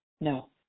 No